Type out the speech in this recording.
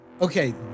Okay